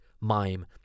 mime